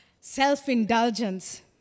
self-indulgence